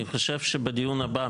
אני חושב שבדיון הבא,